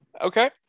Okay